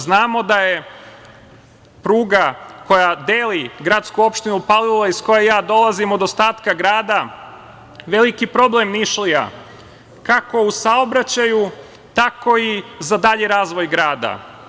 Znamo da je pruga koja deli gradsku opštinu Palilula, iz koje ja dolazim od ostatka grada, veliki problem Nišlija, kako u saobraćaju, tako i za dalji razvoj grada.